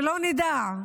שלא נדע,